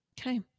Okay